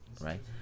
Right